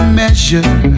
measure